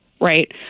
right